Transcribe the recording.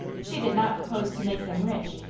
she did not propose to make them rich,